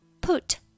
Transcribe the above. Put